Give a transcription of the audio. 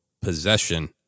possession